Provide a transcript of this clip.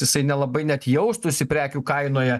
jisai nelabai net jaustųsi prekių kainoje